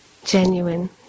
Genuine